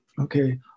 Okay